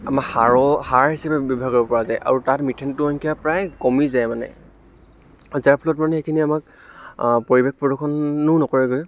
আমাৰ সাৰো সাৰ হিচাপে ব্যৱহাৰ কৰিব পৰা যায় আৰু তাত মিথেনটোৰ সংখ্যা প্ৰায় কমি যায় মানে যাৰ ফলত মানে সেইখিনিয়ে আমাক পৰিৱেশ প্ৰদূষণো নকৰেগৈ